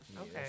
Okay